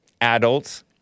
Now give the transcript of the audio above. adults